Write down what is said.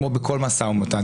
כמו בכל משא ומתן,